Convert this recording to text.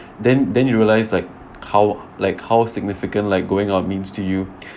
then then you realise like how like how significant like going out means to you